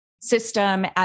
system